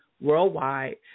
Worldwide